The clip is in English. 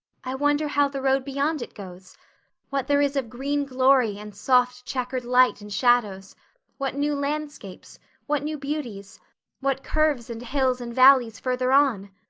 i wonder how the road beyond it goes what there is of green glory and soft, checkered light and shadows what new landscapes what new beauties what curves and hills and valleys further on.